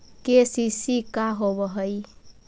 KCC का होव हइ?